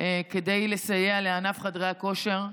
כדי לסייע לענף חדרי הכושר,